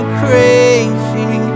crazy